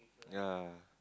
ya